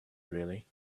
really